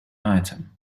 item